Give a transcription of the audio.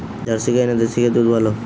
Jersey গাই না দেশী গাইয়ের দুধ ভালো?